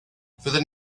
fyddwn